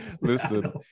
listen